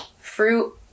Fruit